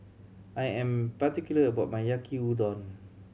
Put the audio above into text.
I am particular about my Yaki Udon